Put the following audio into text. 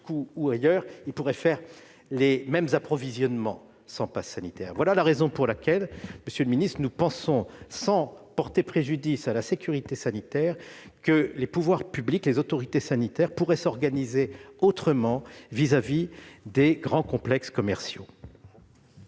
où ailleurs, ils pourraient faire les mêmes approvisionnements sans passe sanitaire. Voilà pourquoi, monsieur le ministre, nous pensons que, sans porter préjudice à la sécurité sanitaire, les pouvoirs publics et les autorités sanitaires pourraient s'organiser autrement vis-à-vis des grands complexes commerciaux.